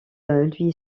lui